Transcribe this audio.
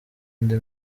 indi